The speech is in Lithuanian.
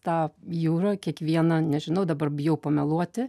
tą jūrą kiekvieną nežinau dabar bijau pameluoti